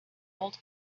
old